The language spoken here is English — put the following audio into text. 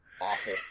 Awful